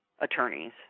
attorneys